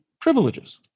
privileges